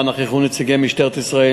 שבה נכחו נציגים של משטרת ישראל,